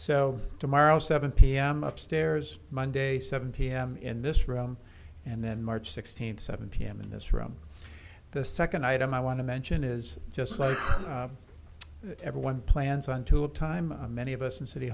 so tomorrow seven p m upstairs monday seven p m in this room and then march sixteenth seven p m in this room the second item i want to mention is just like everyone plans on to a time many of us in city